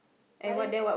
but then